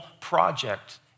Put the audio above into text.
project